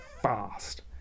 fast